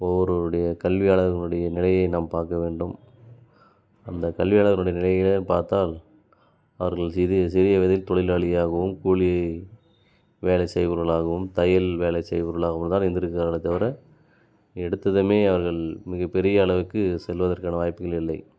ஒவ்வொருவருடைய கல்வியாளர்களுடைய நிலையை நாம் பார்க்க வேண்டும் அந்த கல்வியாளர்களுடைய நிலையெல்லாம் பார்த்தால் அவர்கள் சிறிய சிறிய வயதில் தொழிலாளியாகவும் கூலி வேலை செய்கிறவர்களாகவும் தையல் வேலை செய்கிறவர்களாகவும்தான் இருந்திருக்கிறார்களே தவிர எடுத்ததுமே அவர்கள் மிக பெரிய அளவுக்கு செல்வதற்கான வாய்ப்புகள் இல்லை